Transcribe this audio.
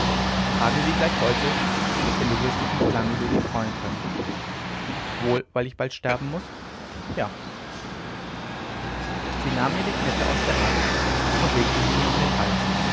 trage sie gleich heute denn du wirst dich nicht lange über sie freuen können wohl weil ich nun bald sterben muß ja sie nahm mir die kette aus der hand und legte sie mir um den hals